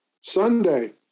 Sunday